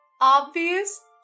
obvious